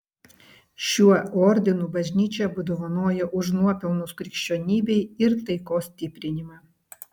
šiuo ordinu bažnyčia apdovanoja už nuopelnus krikščionybei ir taikos stiprinimą